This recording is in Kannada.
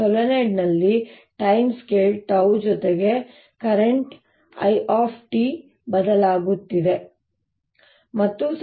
ಸೊಲೆನಾಯ್ಡ್ ನಲ್ಲಿ ಟೈಮ್ ಸ್ಕೇಲ್ 𝜏 ಜೊತೆಗೆ ಪ್ರಸ್ತುತ I ಬದಲಾಗುತ್ತಿದೆ ಮತ್ತು ಆದ್ದರಿಂದ ಕಾಂತೀಯ ಕ್ಷೇತ್ರದಲ್ಲಿನ ಈ ಬದಲಾವಣೆಯು ವಿದ್ಯುತ್ ಕ್ಷೇತ್ರಕ್ಕೆ ಕಾರಣವಾಗುತ್ತದೆ